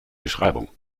beschreibung